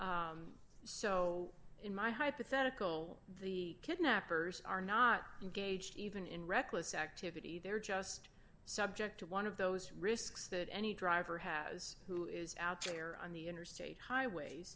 so in my hypothetical the kidnappers are not engaged even in reckless activity they're just subject to one of those risks that any driver has who is out there on the interstate highway